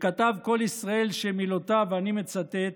וכתב קול ישראל, שמילותיו ואני מצטט: